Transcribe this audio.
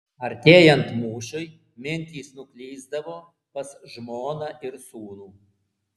artėjant mūšiui mintys nuklysdavo pas žmoną ir sūnų